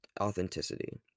authenticity